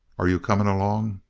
are you coming along?